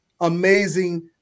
amazing